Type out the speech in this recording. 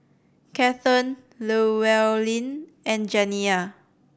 Kathern Llewellyn and Janiya